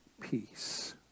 peace